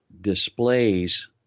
displays